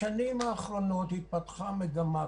בשנים האחרונות התפתחה מגמה,